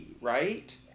right